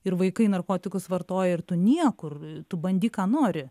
ir vaikai narkotikus vartoja ir tu niekur tu bandyk ką nori